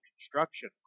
construction